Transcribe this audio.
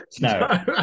No